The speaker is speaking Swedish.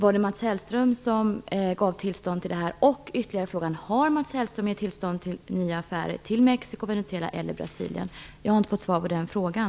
Var det Mats Hellström som gav tillstånd till den? Har Mats Hellström gett tillstånd till nya affärer med Mexico, Venezuela eller Brasilien? Jag har inte svar på den punkten.